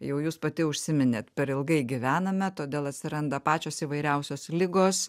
jau jūs pati užsiminėt per ilgai gyvename todėl atsiranda pačios įvairiausios ligos